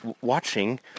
watching